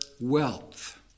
wealth